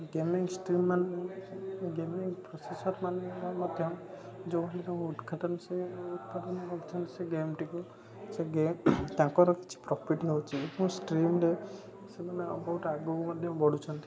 gaming ଷ୍ଟିରମାନେ gaming processor ମାନେ ମଧ୍ୟ ଯେଉଁ ସିଏ କରିଥାନ୍ତି ସେ ଗେମ୍ଟିକୁ ସେ ଗେମ୍ ତାଙ୍କର କିଛି ପ୍ରୋଫିଟ୍ ନେଉଛି ହଁ ଷ୍ଟ୍ରିମରେ ସେମାନେ ବହୁତ ଆଗକୁ ମଧ୍ୟ ବଢୁଛନ୍ତି